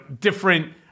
different